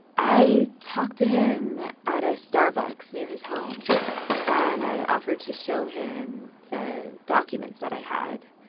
i talked to him at a starbucks near his home and i offered to show him the documents that i had.